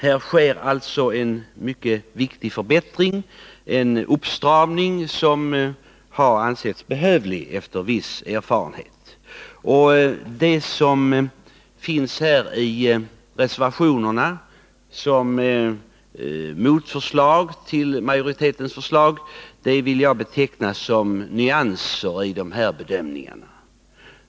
Här sker alltså en mycket viktig förbättring, en uppstramning som har ansetts behövlig efter viss erfarenhet. De motförslag som finns i reservationerna vill jag beteckna som nyanser i bedömningarna.